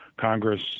Congress